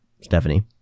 Stephanie